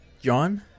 John